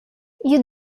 you